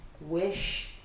wish